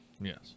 Yes